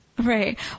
Right